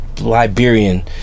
Liberian